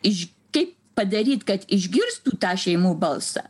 iš kai padaryt kad išgirstų tą šeimų balsą